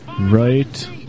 right